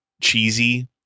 cheesy